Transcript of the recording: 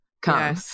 come